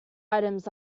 items